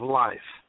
life